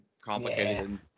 complicated